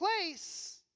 place